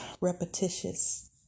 repetitious